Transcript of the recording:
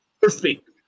perfect